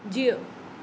जीउ